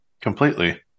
Completely